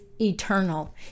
eternal